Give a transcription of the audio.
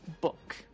book